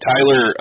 Tyler